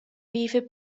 river